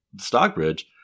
Stockbridge